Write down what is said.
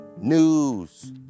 news